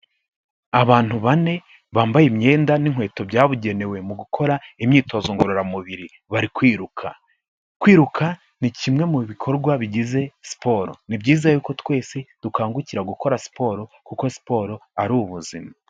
Abantu bane bambaye imyenda n'inkweto byabugenewe mu gukora imyitozo ngororamubiri bari kwiruka. Kwiruka ni kimwe mu bikorwa bigize siporo ni byiza y'uko twese dukangukira gukora siporo kuko siporo ari ubuzima.